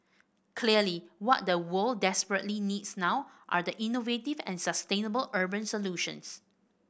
clearly what the world desperately needs now are innovative and sustainable urban solutions